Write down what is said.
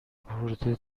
برده، ته